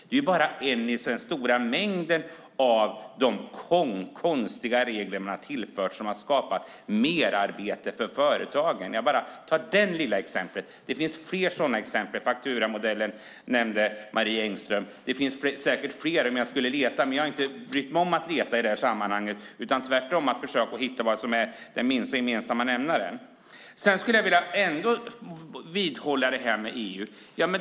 Det är bara en i den stora mängden av konstiga regler som man har tillfört och som har skapat merarbete för företagen. Jag tar bara det lilla exemplet. Det finns fler sådana exempel. Fakturamodellen nämnde Marie Engström. Det finns säkert fler om jag skulle leta, men jag har inte brytt mig om att leta i det här sammanhanget. Tvärtom har jag försökt hitta vad som är den minsta gemensamma nämnaren. Jag skulle ändå vilja vidhålla det som gäller EU.